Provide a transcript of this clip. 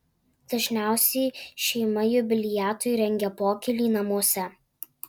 dažniausiai šeima jubiliatui rengia pokylį namuose